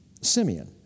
Simeon